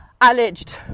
alleged